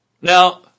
Now